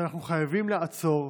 שאנחנו חייבים לעצור,